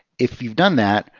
if you've done that,